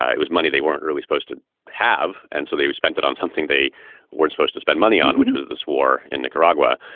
ah it was money they weren't really supposed to have. and so they've spent it on something they weren't supposed to spend money on, which was this war in nicaragua.